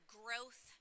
growth